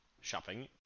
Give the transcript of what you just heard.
shopping